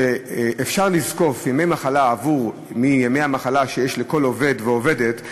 אפשר לזקוף ימי מחלה מימי המחלה שיש לכל עובד ועובדת,